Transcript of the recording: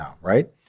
right